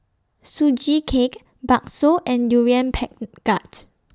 Sugee Cake Bakso and Durian Pen gat